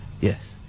yes